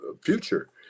future